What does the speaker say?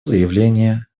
заявление